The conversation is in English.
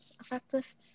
effective